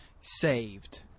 saved